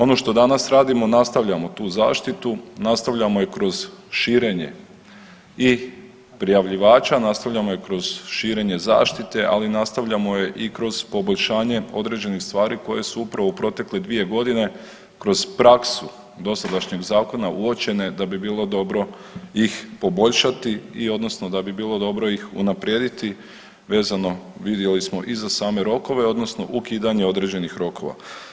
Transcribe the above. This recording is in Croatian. Ono što danas radimo nastavljamo tu zaštitu, nastavljamo je kroz širenje i prijavljivača, nastavljamo je kroz širenje zaštite, ali nastavljamo je i kroz poboljšanje određenih stvari koje su upravo u protekle dvije godine kroz praksu dosadašnjeg zakona uočene da bi bilo dobro ih poboljšati i odnosno da bi bilo ih unaprijediti vidjeli smo i za same rokove odnosno ukidanje određenih rokova.